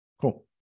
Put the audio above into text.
Cool